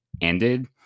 ended